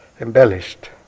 embellished